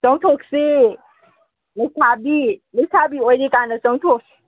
ꯆꯣꯡꯊꯣꯛꯁꯤ ꯂꯩꯁꯥꯕꯤ ꯂꯩꯁꯥꯕꯤ ꯑꯣꯏꯔꯤꯀꯥꯟꯗ ꯆꯣꯡꯊꯣꯛꯁꯤ